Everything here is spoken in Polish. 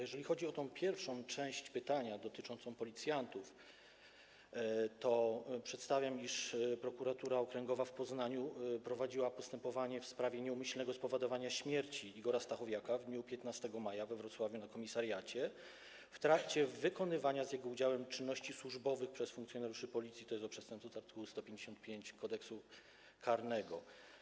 Jeżeli chodzi o pierwszą część pytania, tę dotyczącą policjantów, to informuję, iż Prokuratura Okręgowa w Poznaniu prowadziła postępowanie w sprawie nieumyślnego spowodowania śmierci Igora Stachowiaka w dniu 15 maja we Wrocławiu na komisariacie w trakcie wykonywania z jego udziałem czynności służbowych przez funkcjonariuszy Policji tj. przestępstwo z art. 155 Kodeksu karnego.